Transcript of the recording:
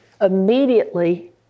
immediately